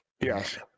yes